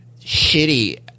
shitty